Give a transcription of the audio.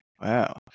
Wow